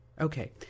Okay